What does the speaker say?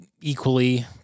equally